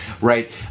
right